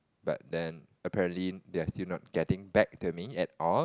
but then apparently they are still not getting back to me at all